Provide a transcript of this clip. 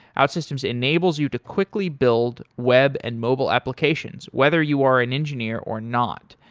outsystems enables you to quickly build web and mobile applications whether you are an engineer or not.